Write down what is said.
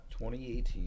2018